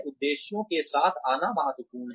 उद्देश्यों के साथ आना महत्वपूर्ण है